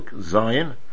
Zion